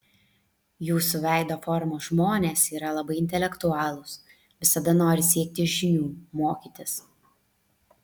jūsų veido formos žmonės yra labai intelektualūs visada nori siekti žinių mokytis